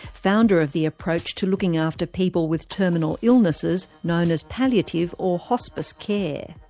founder of the approach to looking after people with terminal illnesses known as palliative, or hospice, care.